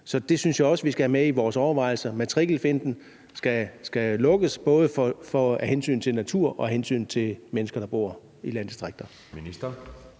Så det synes jeg også vi skal have med i vores overvejelser. Matrikelfinten skal lukkes, både af hensyn til natur og af hensyn til mennesker, der bor i landdistrikter.